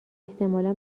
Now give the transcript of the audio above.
احتمالا